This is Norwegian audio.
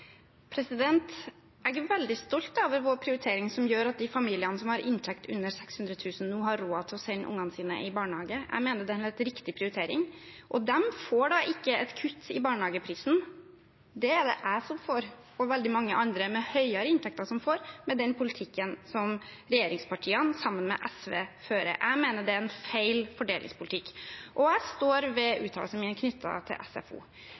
Jeg er veldig stolt over vår prioritering, som gjør at de familiene som har en inntekt på under 600 000 kr, nå har råd til å sende ungene sine i barnehage. Jeg mener det er en helt riktig prioritering. Og de får ikke et kutt i barnehageprisen, det er det jeg som får, og veldig mange andre med høyere inntekter, med den politikken som regjeringspartiene sammen med SV fører. Jeg mener det er en feil fordelingspolitikk. Jeg står også ved uttalelsene mine knyttet til SFO.